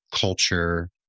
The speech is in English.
culture